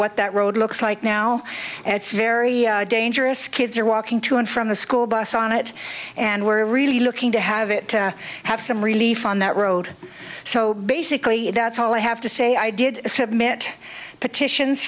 what that road looks like now and it's very dangerous kids are walking to and from the school bus on it and we're really looking to have it have some relief on that road so basically that's all i have to say i did submit petitions